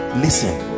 listen